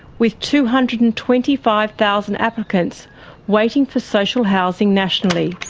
with two hundred and twenty five thousand applicants waiting for social housing nationally.